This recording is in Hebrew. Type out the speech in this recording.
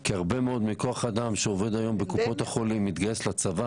כי הרבה מאוד מכוח האדם שעובד היום בקופות החולים מתגייס לצבא